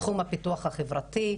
תחום הפיתוח החברתי,